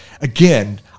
again